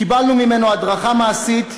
קיבלנו ממנו הדרכה מעשית,